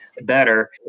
better